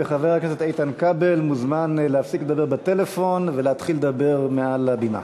וחבר הכנסת איתן כבל מוזמן להפסיק לדבר בטלפון ולהתחיל לדבר מעל הבימה.